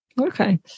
Okay